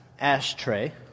ashtray